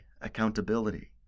accountability